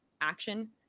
action